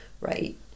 right